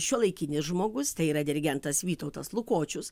šiuolaikinis žmogus tai yra dirigentas vytautas lukočius